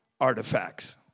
artifacts